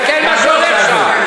גפני, אתה בביטול תורה.